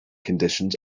conditions